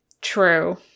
true